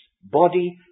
body